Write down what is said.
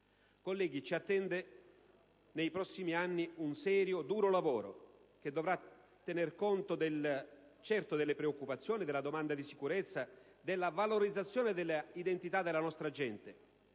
Colleghi, nei prossimi anni ci attende un serio e duro lavoro che dovrà tener conto sicuramente delle preoccupazioni, della domanda di sicurezza, della valorizzazione dell'identità della nostra gente,